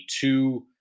two